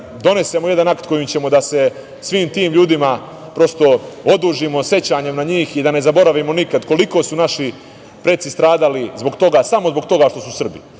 donesemo jedan akt kojim ćemo da se svim tim ljudima prosto odužimo sećanjem na njih i da ne zaboravimo nikad koliko su naši preci stradali zbog toga, samo zbog toga što su Srbi.